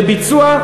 לביצוע,